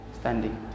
standing